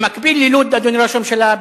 אדוני ראש הממשלה,